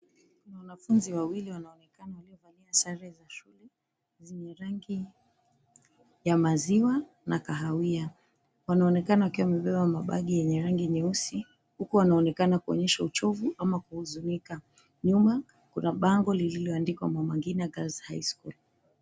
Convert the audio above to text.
Wanafunzi wawili wanaonekana wakiwa wamevaa sare za shule zenye rangi ya maziwa na kahawia, wanaonekana wakiwa wamebeba mabagi yenye rangi nyeusi huku wanaonekana kuonyesha uchovu ama kuhuzunika. Nyuma, kuna bango lililoandikwa Mama Ngina Girl's High School.